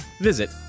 visit